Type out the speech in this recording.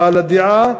בעל הדעה,